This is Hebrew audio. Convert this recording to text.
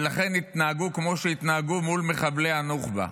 ולכן התנהגו כמו שהתנהגו מול מחבלי הנוח'בה.